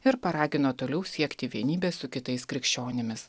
ir paragino toliau siekti vienybės su kitais krikščionimis